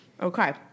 Okay